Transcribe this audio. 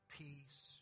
peace